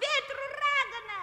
vėtrų ragana